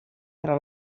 tra